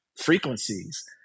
frequencies